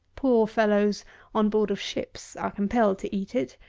poor fellows on board of ships are compelled to eat it,